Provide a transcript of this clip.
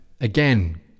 again